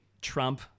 Trump